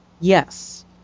Yes